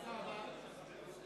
תודה רבה.